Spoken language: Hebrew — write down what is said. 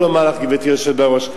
גברתי היושבת בראש,